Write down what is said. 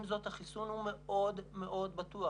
עם זאת, החיסון הוא מאוד מאוד בטוח.